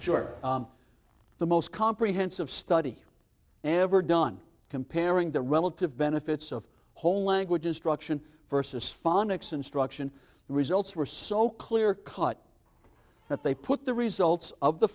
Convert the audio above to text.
you're the most comprehensive study and ever done comparing the relative benefits of whole language instruction versus phonics instruction results were so clear cut that they put the results of the